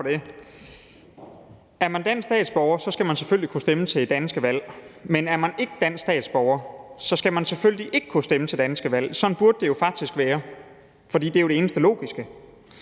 Er man dansk statsborger, skal man selvfølgelig kunne stemme til danske valg, men er man ikke dansk statsborger, skal man selvfølgelig ikke kunne stemme til danske valg. Sådan burde det faktisk være, for det er jo det eneste logiske.